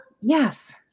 Yes